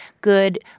good